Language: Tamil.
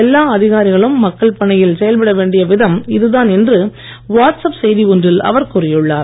எல்லா அதிகாரிகளும் மக்கள் பணியில் செயல்பட வேண்டிய விதம் இதுதான் என்று வாட்ஸ் அப் செய்தி ஒன்றில் அவர் கூறியுள்ளார்